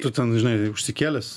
tu ten žinai užsikėlęs